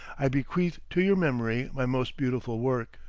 i bequeath to your memory my most beautiful work.